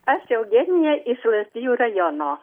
aš eugenija iš lazdijų rajono